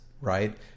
right